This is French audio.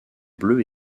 bleu